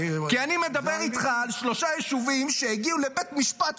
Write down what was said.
כי אני מדבר אתך על שלושה יישובים שהגיעו לבית משפט,